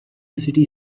city